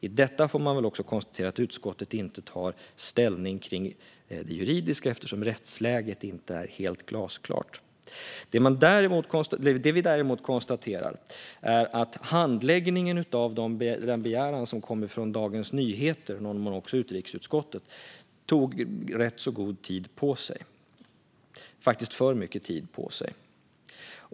I detta fall tar utskottet inte ställning till det juridiska, eftersom rättsläget inte är helt glasklart. Det vi däremot konstaterar är att handläggningen av begäran från Dagens Nyheter, och i någon mån också från utrikesutskottet, tog rätt lång tid - faktiskt för mycket tid.